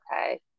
okay